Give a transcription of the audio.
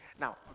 Now